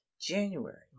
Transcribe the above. January